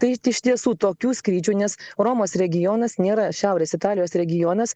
tai tai iš tiesų tokių skrydžių nes romos regionas nėra šiaurės italijos regionas